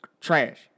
Trash